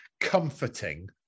comforting